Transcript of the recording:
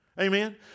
Amen